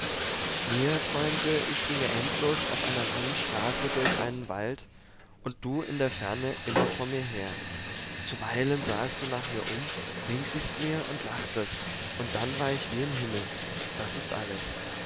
mir träumte ich ginge endlos auf einer langen straße durch einen wald und du in der ferne immer vor mir her zuweilen sahest du nach mir um winktest mir und lachtest und dann war ich wie im himmel das ist alles